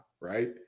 right